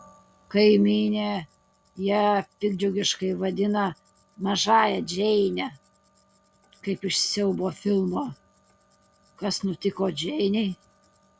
kaimynė ją piktdžiugiškai vadina mažąja džeine kaip iš siaubo filmo kas nutiko džeinei